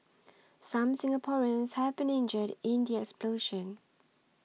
some Singaporeans have been injured in the explosion